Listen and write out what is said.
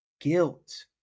guilt